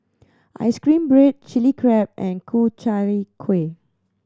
ice cream bread Chili Crab and Ku Chai Kuih